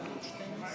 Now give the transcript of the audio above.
הסתייגות 14